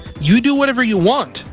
you do whatever you want.